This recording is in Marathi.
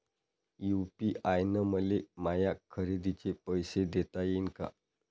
यू.पी.आय न मले माया खरेदीचे पैसे देता येईन का?